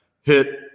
hit